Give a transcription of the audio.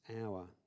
hour